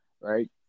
right